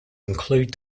include